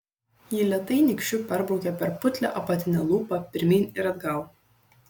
ji lėtai nykščiu perbraukė per putlią apatinę lūpą pirmyn ir atgal